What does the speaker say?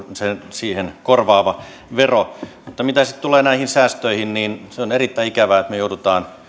siihen korvaava vero mitä sitten tulee näihin säästöihin niin on erittäin ikävää että me